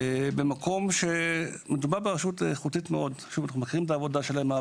זה לא נופל על הלשכות, אבל